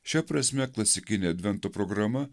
šia prasme klasikinė advento programa